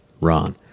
Ron